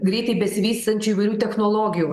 greitai besivystančių įvairių technologijų